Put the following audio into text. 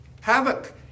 havoc